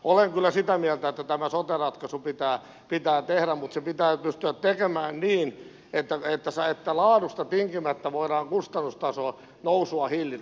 olen kyllä sitä mieltä että tämä sote ratkaisu pitää tehdä mutta se pitää pystyä tekemään niin että laadusta tinkimättä voidaan kustannustason nousua hillitä